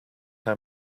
how